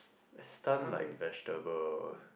stun like vegetable